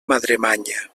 madremanya